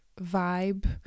vibe